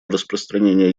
распространение